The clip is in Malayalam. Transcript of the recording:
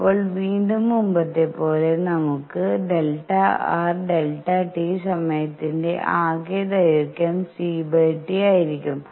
ഇപ്പോൾ വീണ്ടും മുമ്പത്തെപ്പോലെ നമുക്ക് Δr Δt സമയത്തിന്റെ ആകെ ദൈർഘ്യം ct ആയിരിക്കും